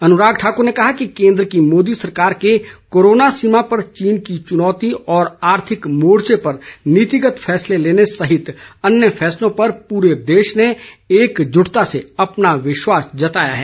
अनुराग ठाकुर ने कहा कि केन्द्र की मोदी संरकार के कोरोना सीमा पर चीन की चुनौती और आर्थिक मोर्चे पर नीतिगत फैसले लेने सहित अन्य फैसलों पर पूरे देश ने एकजुटता से अपना विश्वास जताया है